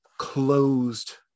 closed